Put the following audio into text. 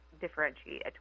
differentiate